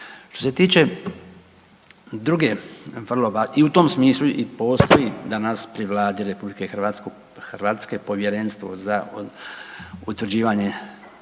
Što se tiče druge vrlo važne, i u tom smislu i postoji danas pri Vladi RH Povjerenstvo za utvrđivanje